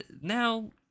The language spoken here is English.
now